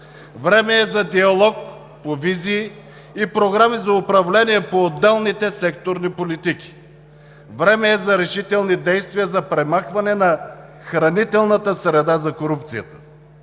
Време е за диалог по визии и програми за управление по отделните секторни политики. Време е за решителни действия за премахване на хранителната среда за корупцията.